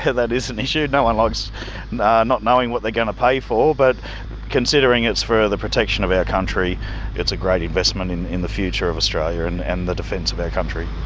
that is an issue, no one likes not knowing what they're going to pay for. but considering it's for the protection of our country it's a great investment in in the future of australia and and the defence of our country.